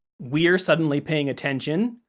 we're suddenly paying attention,